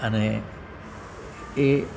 અને એ